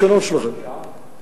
אנחנו יודעים זאת.